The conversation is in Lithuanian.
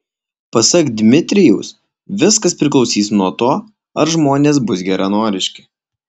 pasak dmitrijaus viskas priklausys nuo to ar žmonės bus geranoriški